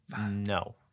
No